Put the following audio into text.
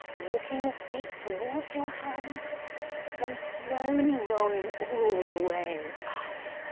walking your feet towards your hands then slowly rolling all the way up.